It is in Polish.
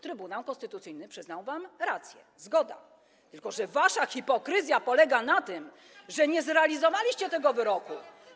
Trybunał Konstytucyjny przyznał wam rację, zgoda, tylko że wasza hipokryzja polega na tym, że nie zrealizowaliście tego wyroku.